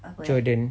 jordan